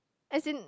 as in